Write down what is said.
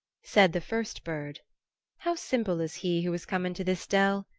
said the first bird how simple is he who has come into this dell!